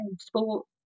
sport